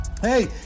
Hey